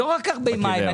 לא רק הרבה מים.